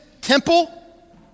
temple